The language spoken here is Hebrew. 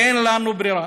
אני מסיים.